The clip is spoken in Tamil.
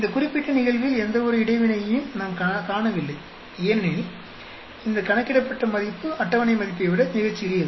இந்த குறிப்பிட்ட நிகழ்வில் எந்தவொரு இடைவினையையும் நாம் காணவில்லை ஏனெனில் இந்த கணக்கிடப்பட்ட மதிப்பு அட்டவணை மதிப்பை விட மிகச் சிறியது